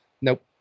Nope